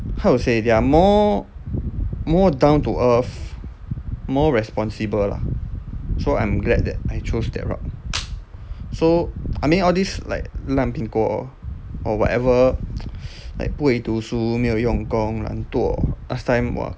how to say they're more more down to earth more responsible lah so I'm glad that I chose that route so I mean all this like 烂苹果 or or whatever like 不会读书没有用功懒惰 last time !wah!